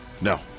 No